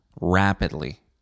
rapidly